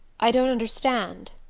i don't understand.